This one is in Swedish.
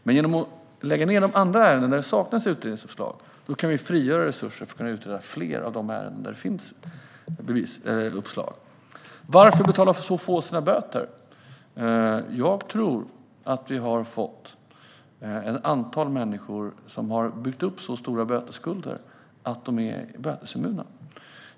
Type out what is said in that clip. Men genom att lägga ned ärenden där det saknas utredningsuppslag kan vi frigöra resurser för att kunna utreda fler av de ärenden där det finns bevisuppslag. Den andra frågan var: Varför betalar så få sina böter? Jag tror att vi har fått ett antal människor som har byggt upp så stora bötesskulder att de är bötesimmuna.